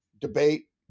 debate